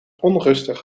onrustig